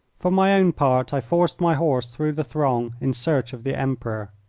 for my own part, i forced my horse through the throng in search of the emperor.